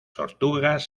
tortugas